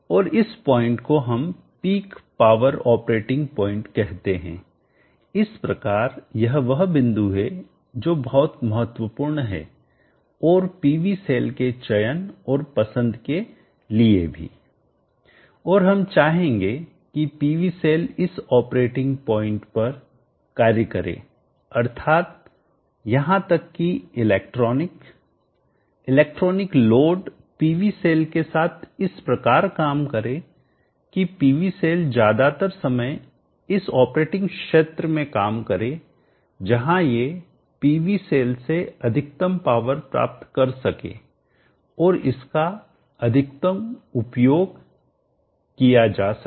और इस प्वाइंट को हम पीक पावर ऑपरेटिंग प्वाइंट कहते हैं इस प्रकार यह वह बिंदु है जो बहुत महत्वपूर्ण हैं और पीवी सेल के चयन और पसंद के लिए भी और हम चाहेंगे कि पीवी सेल इस ऑपरेटिंग पॉइंट पर कार्य करें अर्थात यहां तक कि electronic electronic load PV cell के साथ इस प्रकार काम करें कि पीवी सेल ज्यादातर समय इस ऑपरेटिंग क्षेत्र में काम करें जहां ये पीवी सेल से अधिकतम पावर प्राप्त कर सके और इसका अधिकतम उपयोग किया जा सके